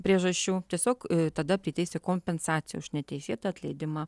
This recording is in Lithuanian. priežasčių tiesiog tada priteisti kompensaciją už neteisėtą atleidimą